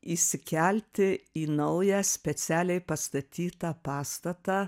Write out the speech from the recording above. įsikelti į naują specialiai pastatytą pastatą